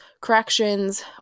corrections